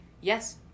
Yes